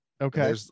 Okay